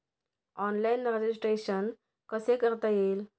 Online registration कसे करता येईल?